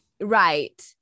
right